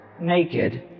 naked